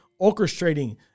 orchestrating